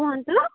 କୁହନ୍ତୁ